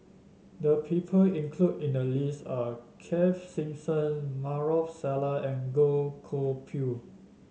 the people included in the list are Keith Simmons Maarof Salleh and Goh Koh Pui